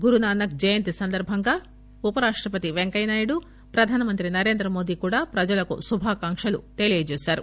గురునానక్ జయంతి సందర్బంగా ఉపరాష్ణపతి వెంకయ్య నాయుడు ప్రధానమంత్రి నరేంద్ర మోదీ కూడా ప్రజలకు శుభాకాంకులు తెలియజేశారు